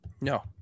No